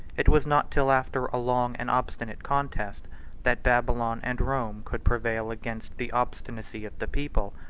it was not till after a long and obstinate contest that babylon and rome could prevail against the obstinacy of the people,